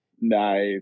nice